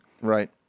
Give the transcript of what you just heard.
Right